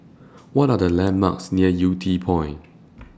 What Are The landmarks near Yew Tee Point